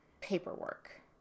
paperwork